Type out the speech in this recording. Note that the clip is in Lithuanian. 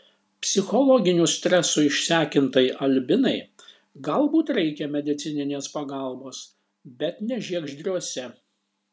psichologinių stresų išsekintai albinai galbūt reikia medicininės pagalbos bet ne žiegždriuose